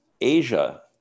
Asia